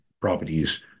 properties